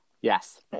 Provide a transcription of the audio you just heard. Yes